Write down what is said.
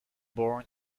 born